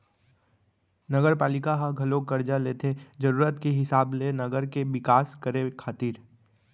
नगरपालिका ह घलोक करजा लेथे जरुरत के हिसाब ले नगर के बिकास करे खातिर